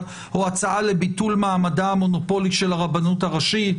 או הצעה לביטול מעמדה המונופולי של הרבנות הראשית,